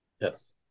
Yes